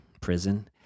prison